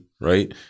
Right